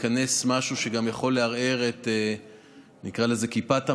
הוא שייכנס משהו שגם יכול לערער את "כיפת הברזל"